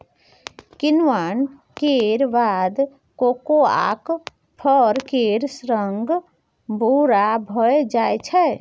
किण्वन केर बाद कोकोआक फर केर रंग भूरा भए जाइ छै